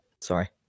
Sorry